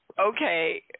Okay